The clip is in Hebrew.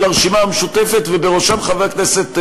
הרשימה המשותפת ובראשם חבר הכנסת עודה.